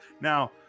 now